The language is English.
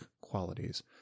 qualities